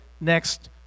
next